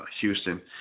Houston